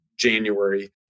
January